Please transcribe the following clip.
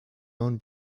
own